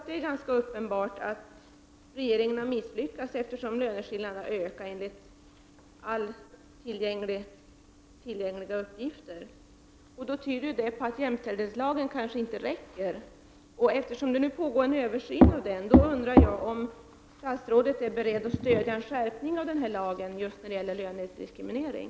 Det är ganska uppenbart att regeringen har misslyckats också där, eftersom löneskillnaderna har ökat, enligt alla tillgängliga uppgifter. Det tyder på att jämställdhetslagen inte räcker till. Eftersom det nu pågår en översyn av jämställdhetslagen, undrar jag om statsrådet är beredd att stödja en skärpning av den just när det gäller lönediskriminering.